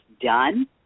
done